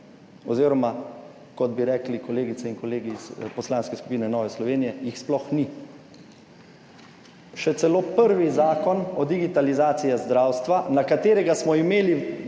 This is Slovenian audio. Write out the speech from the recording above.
oziroma kot bi rekli kolegice in kolegi iz Poslanske skupine Nove Slovenije, jih sploh ni. Še celo prvi zakon o digitalizaciji zdravstva, na katerega smo imeli